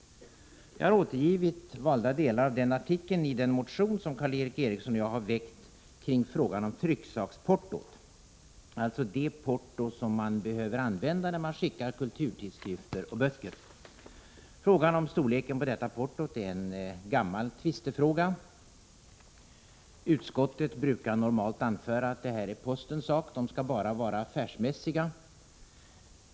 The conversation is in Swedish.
Valda delar av denna artikel har återgivits i den motion som Karl Erik Eriksson och jag har väckt kring frågan om trycksaksportot, alltså det porto som man behöver använda när man skickar kulturtidskrifter och böcker. Frågan om storleken på detta porto är en gammal tvistefråga. Utskottet brukar normalt anföra att detta är Postens sak och att man där bara skall vara affärsmässig.